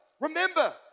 remember